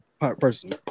person